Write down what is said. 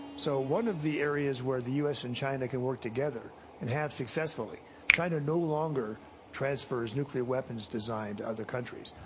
so, one of the areas where the u. s. and china can work together and have successfully china no longer transfers nuclear weapons design to other countries.